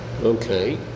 Okay